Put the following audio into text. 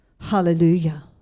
Hallelujah